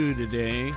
today